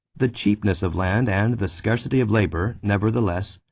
the cheapness of land and the scarcity of labor, nevertheless,